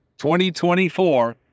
2024